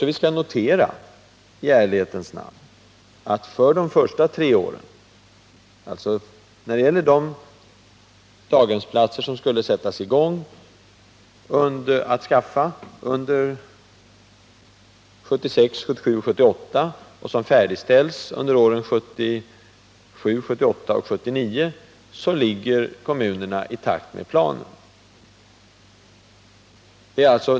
Men vi skall också i ärlighetens namn notera, att när det gäller de daghemsplatser som skulle anskaffas under 1976, 1977 och 1978 och som färdigställs under 1977, 1978 och 1979, ligger kommunerna i takt med planen.